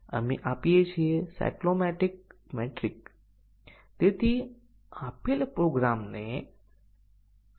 આ ખોટું છે આ સાચું છે